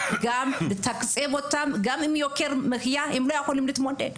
גם לתקצב אותם גם עם יוקר המחיה הם לא יכולים להתמודד.